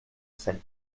sent